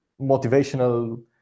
motivational